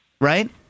Right